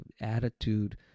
attitude